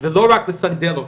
ולא רק לסנדל אותה,